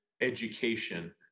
education